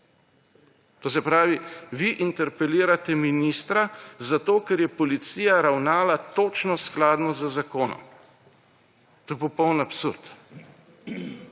To se pravi, vi interpelirate ministra zato, ker je policija ravnala točno skladno z zakonom. To je popoln absurd.